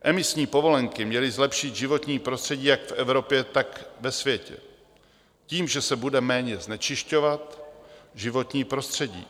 Emisní povolenky měly zlepšit životní prostředí jak v Evropě, tak ve světě tím, že se bude méně znečišťovat životní prostředí.